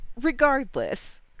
Regardless